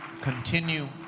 continue